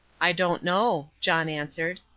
i don't know, john answered,